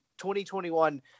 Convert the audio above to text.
2021